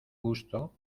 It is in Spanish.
gusto